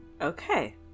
Okay